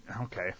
Okay